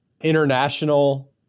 international